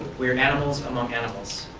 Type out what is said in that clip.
we are animals among animals.